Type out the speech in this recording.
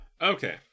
Okay